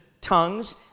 tongues